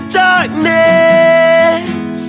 darkness